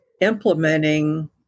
implementing